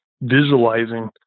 visualizing